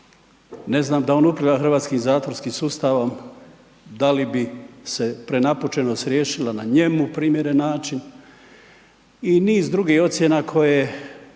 ne znam da on upravlja hrvatskim zatvorskim sustavom da li bi se prenapučenost riješila na njemu primjeren način i niz drugih ocjena koje